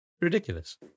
Ridiculous